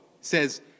says